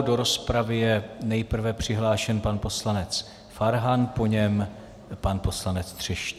Do rozpravy je nejprve přihlášen pan poslanec Farhan, po něm pan poslanec Třešňák.